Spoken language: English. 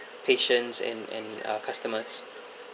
patients and and uh customers